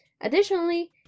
Additionally